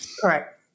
Correct